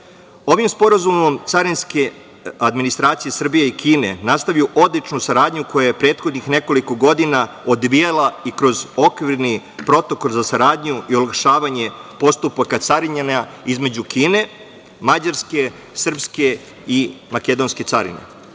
Ovim sporazumom carinske administracije Srbije i Kine nastavljaju odličnu saradnju koja se prethodnih nekoliko godina odvijala i kroz okvirni Protokol za saradnju i olakšavanje postupaka carinjenja između Kine, Mađarske, srpske i makedonske carine.